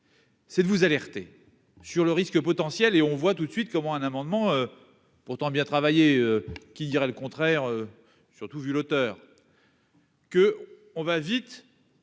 C'est de vous alerter sur le risque potentiel et on voit tout de suite comment un amendement pourtant bien travaillé, qui dira le contraire, surtout vu l'auteur. Que on va vite